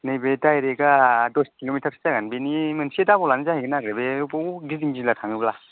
नैबे डाइरेक्टआ दस किल' मिटारसो जागोन बिनि मोनसे डाबल आनो जाहैगोन आरो बै बौ गिदिं गिला थाङोब्ला